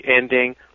ending